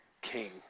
King